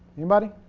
anybody?